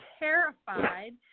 terrified